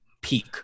peak